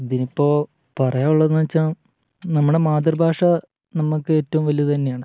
ഇതിനിപ്പോള് പറയാനുള്ളതെന്ന് വെച്ചാല് നമ്മുടെ മാതൃഭാഷ നമുക്ക് ഏറ്റവും വലുത് തന്നെയാണ്